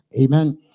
Amen